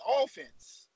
offense